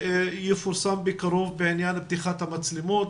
שיפורסם בקרוב בעניין פתיחת המצלמות